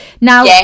now